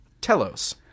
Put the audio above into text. Telos